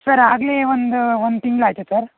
sir ಆಗಲೇ ಒಂದು ಒಂದು ತಿಂಗ್ಳು ಆಯಿತು ಸರ್